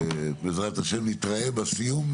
בעזרת ה' נתראה בסיום,